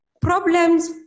problems